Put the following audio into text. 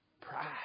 Pride